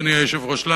אדוני היושב-ראש,